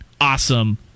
awesome